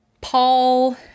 paul